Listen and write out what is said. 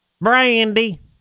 Brandy